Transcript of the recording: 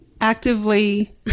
Actively